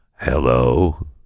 Hello